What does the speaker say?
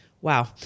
wow